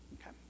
Okay